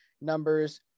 numbers